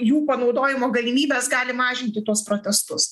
jų panaudojimo galimybes gali mažinti tuos protestus